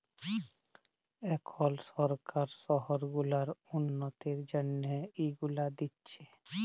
এখল সরকার শহর গুলার উল্ল্যতির জ্যনহে ইগুলা দিছে